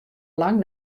lang